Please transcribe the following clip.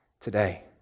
today